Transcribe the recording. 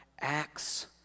acts